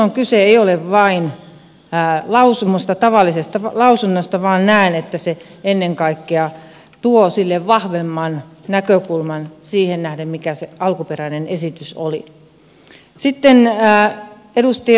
silloin kyse ei ole vain lausumasta tavallisesta lausumasta vaan näen että se ennen kaikkea tuo sille vahvemman näkökulman siihen nähden mikä se alkuperäinen esitys oli